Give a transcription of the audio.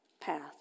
path